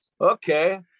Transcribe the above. okay